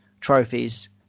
trophies